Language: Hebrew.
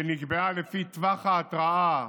שנקבעה לפי טווח ההתראה